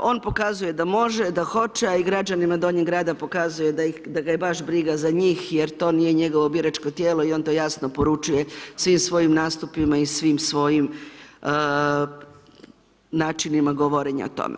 on pokazuje da može, da hoće a i građanima Donjeg grada pokazuje da ga je baš briga za njih jer to nije njegovo biračko tijelo i on to jasno poručuje svim svojim nastupima i svim svojim načinima govorenja o tome.